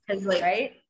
Right